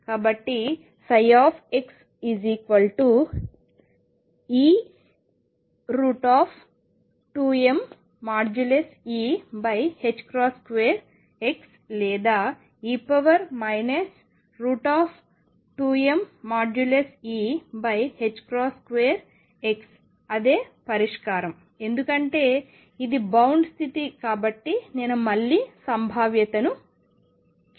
కాబట్టి xe2mE2xలేదా e 2mE2x అదే పరిష్కారం ఎందుకంటే ఇది బౌండ్ స్థితి కాబట్టి నేను మళ్లీ సంభావ్యతను చూద్దాం